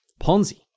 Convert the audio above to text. Ponzi